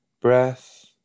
Breath